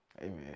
Amen